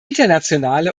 internationale